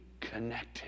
connected